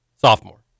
Sophomore